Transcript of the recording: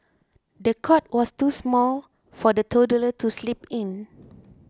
the cot was too small for the toddler to sleep in